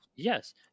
yes